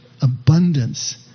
abundance